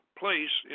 place